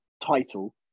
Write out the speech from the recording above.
title